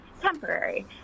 temporary